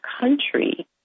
country